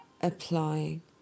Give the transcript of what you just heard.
applying